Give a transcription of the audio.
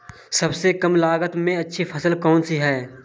सबसे कम लागत में अच्छी फसल कौन सी है?